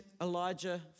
Elijah